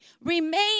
remain